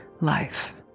life